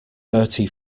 bertie